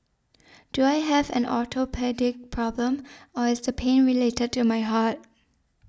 do I have an orthopaedic problem or is the pain related to my heart